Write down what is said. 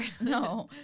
no